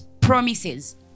promises